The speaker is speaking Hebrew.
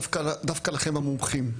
דווקא לכם, המומחים.